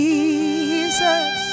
Jesus